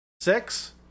Six